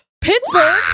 pittsburgh